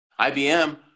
ibm